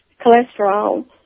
cholesterol